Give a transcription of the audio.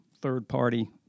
third-party